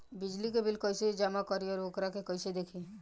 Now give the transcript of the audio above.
बिजली के बिल कइसे जमा करी और वोकरा के कइसे देखी?